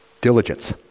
diligence